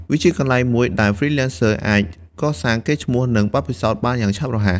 វាក៏ជាកន្លែងមួយដែល Freelancers អាចកសាងកេរ្តិ៍ឈ្មោះ និងបទពិសោធន៍បានយ៉ាងឆាប់រហ័ស។